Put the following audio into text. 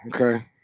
Okay